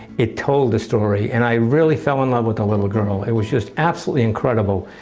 it told the story. and i really fell in love with the little girl. it was just absolutely incredible.